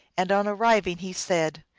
and on arriving he said,